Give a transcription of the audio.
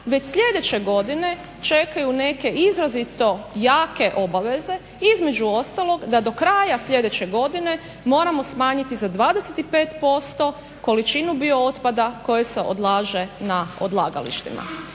već sljedeće godine čekaju neke izrazito jake obaveze između ostalog da do kraja sljedeće godine moramo smanjiti za 25% količinu bio otpada koji se odlaže na odlagalištima.